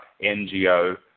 NGO